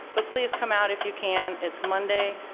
but please come out if you can. it's monday,